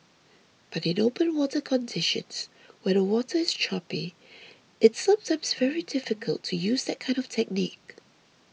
but in open water conditions where the water is choppy it's sometimes very difficult to use that kind of technique